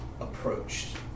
approached